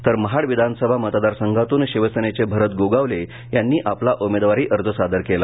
तर महाड विधानसभा मतदार संघातून शिवसेनेचे भरत गोगावले यांनी आपला उमेदवारी अर्ज सादर केला